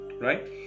right